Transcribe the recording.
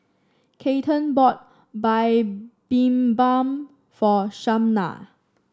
Keaton bought Bibimbap for Shaunna